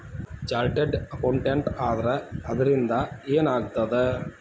Chartered accountant ಆದ್ರ ಅದರಿಂದಾ ಏನ್ ಆಗ್ತದ?